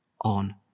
on